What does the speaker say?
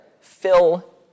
fill